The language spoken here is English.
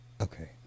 Okay